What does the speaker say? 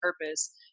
purpose